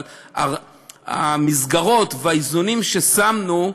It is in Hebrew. אבל המסגרות והאיזונים ששמנו,